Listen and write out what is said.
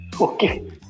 Okay